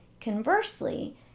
Conversely